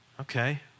Okay